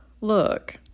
look